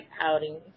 outings